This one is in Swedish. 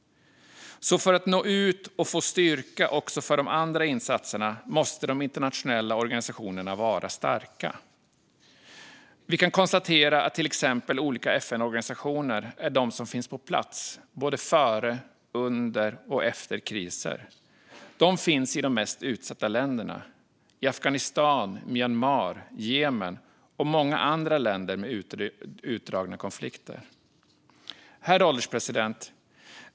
För att nå ut och få styrka också för de andra insatserna måste de internationella organisationerna vara starka. Vi kan konstatera att till exempel olika FN-organisationer är de som finns på plats både före, under och efter kriser. De finns i de mest utsatta länderna, till exempel Afghanistan, Myanmar, Jemen och många andra länder med utdragna konflikter. Herr ålderspresident!